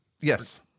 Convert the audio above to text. yes